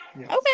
Okay